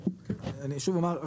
אני שוב אומר,